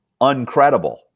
uncredible